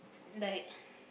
like